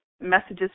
messages